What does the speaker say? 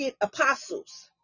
apostles